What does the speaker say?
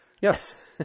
Yes